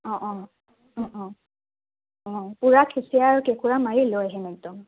অঁ অঁ অঁ অঁ অঁ পূৰা কুচিয়া আৰু কেঁকুৰা মাৰি লৈ আহিম এক দম